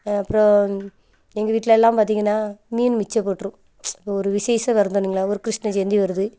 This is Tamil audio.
அப்புறம் எங்கள் வீட்டிலெல்லாம் பார்த்திங்கன்னா மீன் மிச்சப்பட்டுரும் இப்போ ஒரு விசேஷம் வருதுங்களா ஒரு கிருஷ்ண ஜெயந்தி வருது